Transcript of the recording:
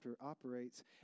operates